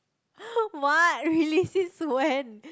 what really since when